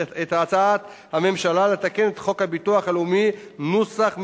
הצעת הממשלה לתקן את חוק הביטוח הלאומי [נוסח משולב],